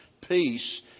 peace